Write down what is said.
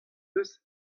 deus